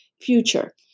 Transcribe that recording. future